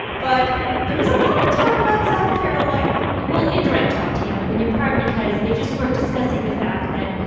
but there was a lot of talk about south carolina well, indirect talk, tam i mean, in part because they just were discussing the fact that,